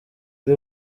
ari